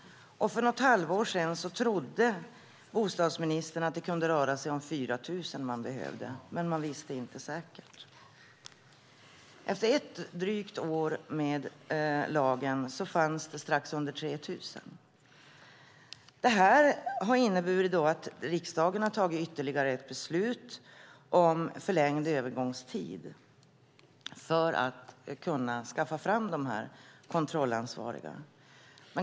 För något halvår sedan trodde bostadsministern att det kunde röra sig om 4 000, men man visste inte säkert. Efter drygt ett år med nya lagen fanns strax under 3 000 kontrollansvariga. Det har inneburit att riksdagen har fattat ytterligare ett beslut om förlängd övergångstid för att få fram dessa kontrollansvariga.